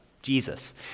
Jesus